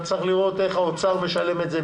צריך לראות איך האוצר משלם את זה,